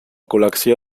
col·lecció